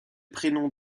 prénoms